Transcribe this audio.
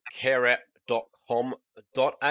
careapp.com.au